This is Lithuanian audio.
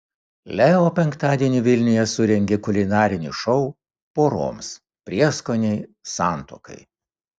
leo penktadienį vilniuje surengė kulinarinį šou poroms prieskoniai santuokai